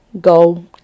go